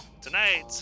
tonight